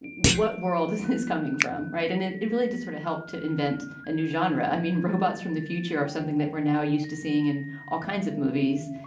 what world is this coming from right and it it really does sort of help to invent a new genre. i mean robots from the future are something that we're now used to seeing and all kinds of movies.